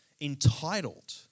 entitled